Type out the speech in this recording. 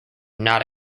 not